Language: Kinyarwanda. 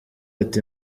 ati